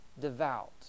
devout